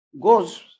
goes